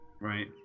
right